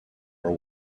are